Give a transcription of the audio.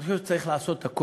אני חושב שצריך לעשות הכול.